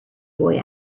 boy